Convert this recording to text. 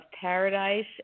paradise